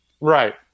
Right